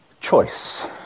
Choice